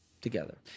together